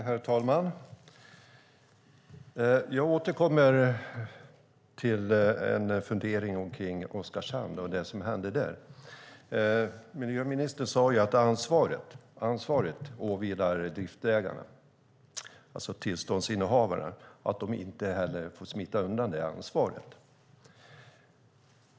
Herr talman! Jag återkommer till en fundering om Oskarshamn och det som hände där. Miljöministern sade att ansvaret åvilar driftägarna, alltså tillståndsinnehavarna, och att de inte heller får smita undan det ansvaret.